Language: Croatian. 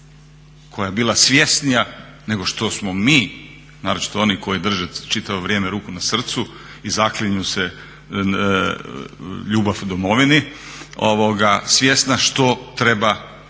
koja je bila svjesnija nego što smo mi, naročito oni koji drže čitavo vrijeme ruku na srcu i zaklinju se ljubav domovini svjesna što treba